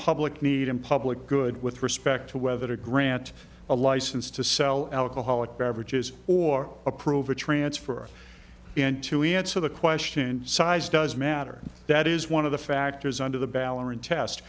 public need and public good with respect to whether to grant a license to sell alcoholic beverages or approve a transfer and to answer the question size does matter that is one of the factors under the ballerina test